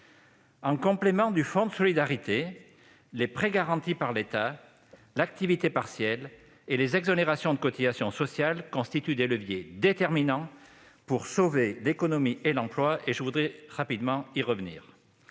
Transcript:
En complément du fonds de solidarité, les prêts garantis par l'État (PGE), l'activité partielle et les exonérations de cotisations sociales constituent des leviers déterminants pour sauver l'économie et l'emploi ; je souhaite y revenir